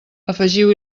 afegiu